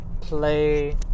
play